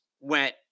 went